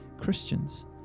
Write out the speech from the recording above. Christians